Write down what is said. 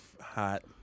hot